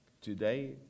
Today